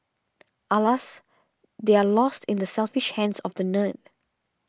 Alas they're lost in the selfish hands of the nerd